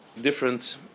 different